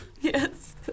Yes